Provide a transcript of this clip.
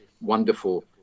wonderful